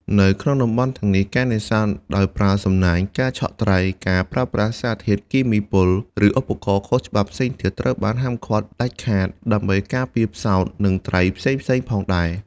នៅក្នុងតំបន់ទាំងនេះ ការនេសាទដោយប្រើសំណាញ់ ការឆក់ត្រី ការប្រើប្រាស់សារធាតុគីមីពុល ឬឧបករណ៍ខុសច្បាប់ផ្សេងទៀតត្រូវបានហាមឃាត់ដាច់ខាត ដើម្បីការពារផ្សោតនិងត្រីផ្សេងៗផងដែរ។